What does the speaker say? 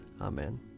Amen